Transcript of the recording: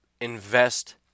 invest